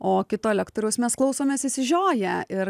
o kito lektoriaus mes klausomės išsižioję ir